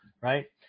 Right